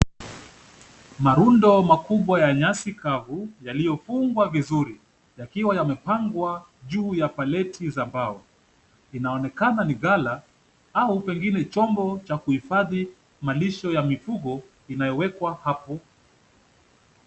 Maundo makubwa ya nyasi kavu yalio fungwa vizuri, yakiwa yamepangwa juu ya paleti za mbao. Inaonekana ni gala au pengine chombo cha kuhifadhi malisho ya mifugo inayowekwa hapo.